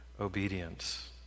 obedience